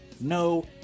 No